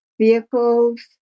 vehicles